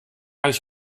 ich